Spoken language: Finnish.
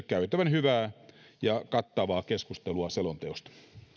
käytävän hyvää ja kattavaa keskustelua selonteosta